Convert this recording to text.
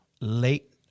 late